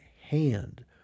hand